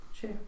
Sure